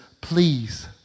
Please